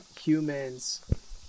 humans